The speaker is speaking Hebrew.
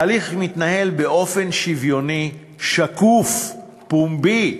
ההליך מתנהל באופן שוויוני, שקוף, פומבי.